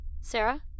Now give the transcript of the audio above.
Sarah